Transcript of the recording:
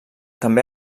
també